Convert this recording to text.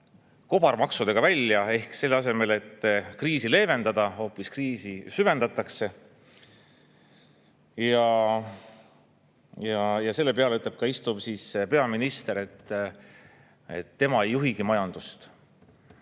kobarmaksudega välja, selle asemel, et kriisi leevendada, kriisi hoopis süvendatakse. Selle peale ütleb istuv peaminister, et tema ei juhigi majandust,